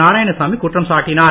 நாராயணசாமி குற்றம் சாட்டினார்